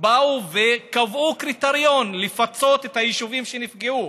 באו וקבעו קריטריון לפצות את היישובים שנפגעו,